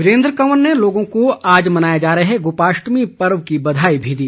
वीरेन्द्र कंवर ने लोगों को आज मनाए जा रहे गोपाष्टमी पर्व की बधाई भी दी